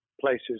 places